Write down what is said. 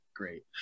great